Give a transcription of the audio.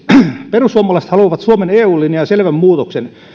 perussuomalaiset haluavat suomen eu linjaan selvän muutoksen